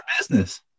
business